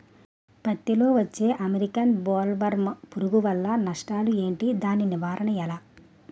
పత్తి లో వచ్చే అమెరికన్ బోల్వర్మ్ పురుగు వల్ల నష్టాలు ఏంటి? దాని నివారణ ఎలా?